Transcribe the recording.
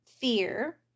fear